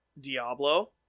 diablo